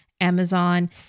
Amazon